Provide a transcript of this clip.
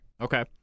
Okay